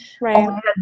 Right